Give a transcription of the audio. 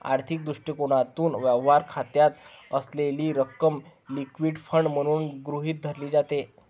आर्थिक दृष्टिकोनातून, व्यवहार खात्यात असलेली रक्कम लिक्विड फंड म्हणून गृहीत धरली जाते